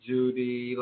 Judy